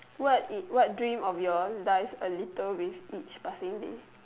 what is what dream of your dies a little with each passing day